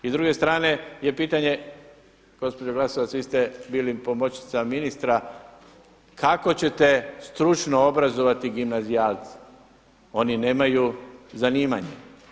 I s druge strane je pitanje gospođo Glasovac, vi ste bili pomoćnica ministra, kako ćete stručno obrazovati gimnazijalca, oni nemaju zanimanje.